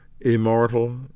Immortal